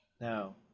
Now